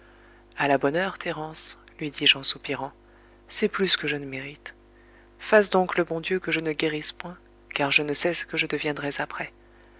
à la bonne heure thérence lui dis-je en soupirant c'est plus que je ne mérite fasse donc le bon dieu que je ne guérisse point car je ne sais ce que je deviendrais après